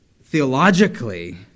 theologically